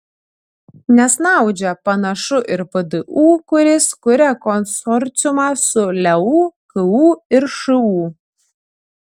nesnaudžia panašu ir vdu kuris kuria konsorciumą su leu ku ir šu